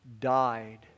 died